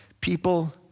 people